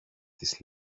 τις